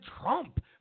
Trump